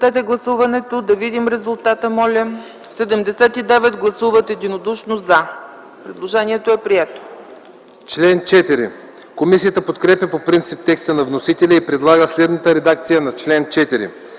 Комисията подкрепя по принцип текста на вносителя и предлага следната редакция на чл.